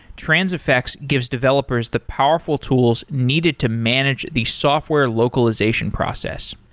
transifex gives developers the powerful tools needed to manage the software localization process.